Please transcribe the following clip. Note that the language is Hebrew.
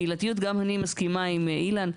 אני מסכימה עם אילן,